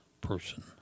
person